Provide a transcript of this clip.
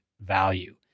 value